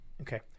okay